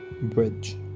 Bridge